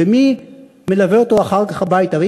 ומי מלווה אותו אחר כך הביתה.